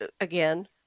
again